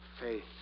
faith